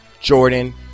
Jordan